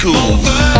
over